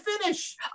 finish